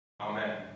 Amen